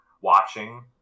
watching